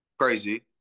Crazy